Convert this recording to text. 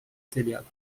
telhado